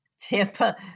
tampa